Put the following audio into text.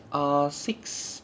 err six